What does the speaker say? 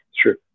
true